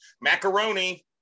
macaroni